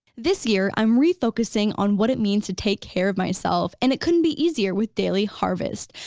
this year, i'm refocusing on what it means to take care of myself and it couldn't be easier with daily harvest.